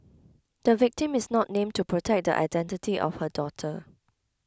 the victim is not named to protect the identity of her daughter